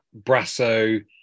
Brasso